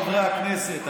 חברי הכנסת,